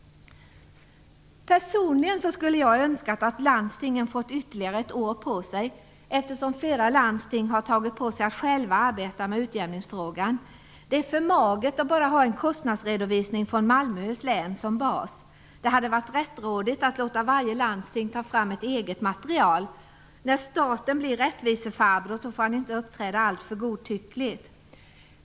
Personligen skulle jag ha önskat att landstingen fått ytterligare ett år på sig, eftersom flera landsting har tagit på sig att själva arbeta med utjämningsfrågan. Det är för magert att bara ha en kostnadsredovisning från Malmöhus län som bas. Det hade varit rättrådigt att låta varje landsting ta fram ett eget material. När staten blir "rättvisefarbror" får han inte uppträda alltför godtyckligt.